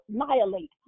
annihilate